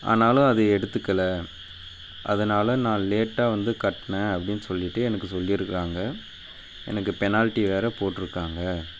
ஆனாலும் அது எடுத்துக்கலை அதனால் நான் லேட்டாக வந்து கட்டினேன் அப்படின்னு சொல்லிட்டு எனக்கு சொல்லியிருக்காங்க எனக்கு பெனால்டி வேறு போட்டிருக்காங்க